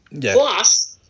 Plus